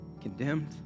condemned